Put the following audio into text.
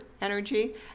energy